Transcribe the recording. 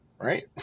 right